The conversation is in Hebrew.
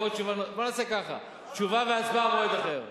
בוא נעשה ככה, תשובה והצבעה במועד אחר.